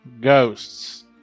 ghosts